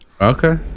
okay